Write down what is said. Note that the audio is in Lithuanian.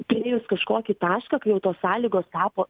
priėjus kažkokį tašką kai jau tos sąlygos tapo